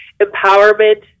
Empowerment